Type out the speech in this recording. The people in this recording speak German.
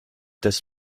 des